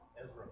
Ezra